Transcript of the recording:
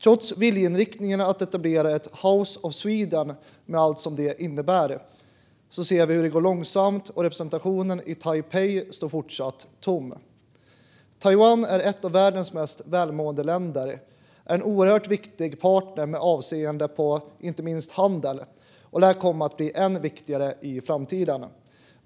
Trots viljeinriktningen att etablera ett House of Sweden, med allt som det innebär, ser vi att det går långsamt och att representationen i Taipei fortsatt står tom. Taiwan är ett av världens mest välmående länder. Det är en oerhört viktig partner med avseende på inte minst handel. Det här kommer att bli än viktigare i framtiden.